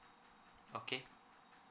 okay